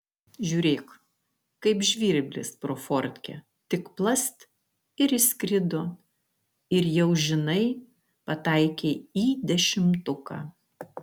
žiūrėk kaip žvirblis pro fortkę tik plast ir įskrido ir jau žinai pataikei į dešimtuką